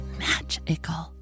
magical